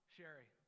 Sherry